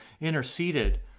interceded